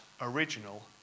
original